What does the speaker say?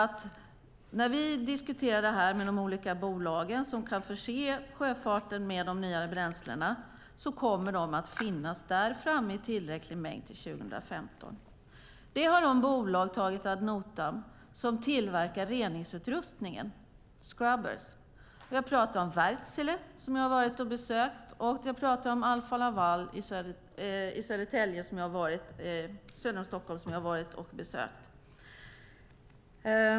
Vi har diskuterat detta med de olika bolag som kan förse sjöfarten med de nya bränslena, och de kommer att finnas där i tillräcklig mängd till 2015. De bolag som tillverkar reningsutrustningen, alltså scrubbers, har tagit detta ad notam. Jag talar om Wärtsilä, som jag har varit och besökt, och jag talar om Alfa Laval i Södertälje söder om Stockholm, som jag har varit och besökt.